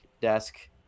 desk